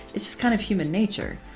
it's just kind of human nature.